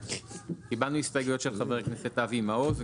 קיבלנו הסתייגויות של חבר הכנסת אבי מעוז.